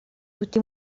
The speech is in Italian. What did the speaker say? tutti